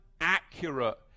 accurate